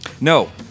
No